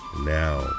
now